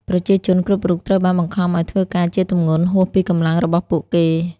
ប្រជាជនគ្រប់រូបត្រូវបានបង្ខំឱ្យធ្វើការជាទម្ងន់ហួសពីកម្លាំងរបស់ពួកគេ។